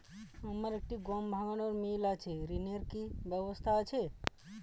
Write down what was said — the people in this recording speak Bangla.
আমার একটি গম ভাঙানোর মিল আছে ঋণের কি ব্যবস্থা আছে?